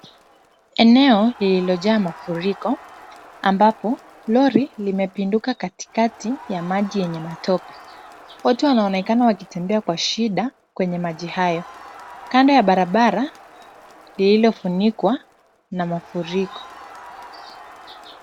Eneo lililojaa mafuriko ambapo lori limepinduka katitati ya maji yenye matope. Watu wanaonekana wakitembea kwa shida kwenye maji hayo, kando ya barabara lililofunukwa na mafuriko.